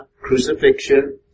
crucifixion